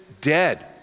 dead